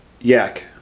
Yak